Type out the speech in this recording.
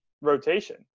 rotation